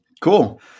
Cool